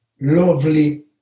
lovely